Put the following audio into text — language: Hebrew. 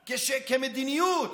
כמדיניות.